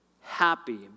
Happy